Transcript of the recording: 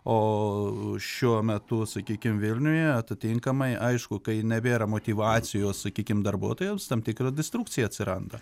ooo šiuo metu sakykim vilniuje atitinkamai aišku kai nebėra motyvacijos sakykim darbuotojams tam tikra destrukcija atsiranda